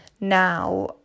now